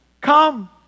come